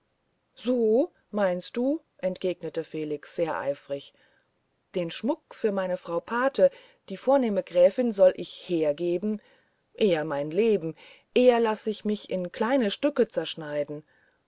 so meinst du entgegnete felix sehr eifrig den schmuck für meine frau pate die vornehme gräfin soll ich hergeben eher mein leben eher laß ich mich in kleine stücke zerschneiden